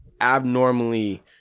abnormally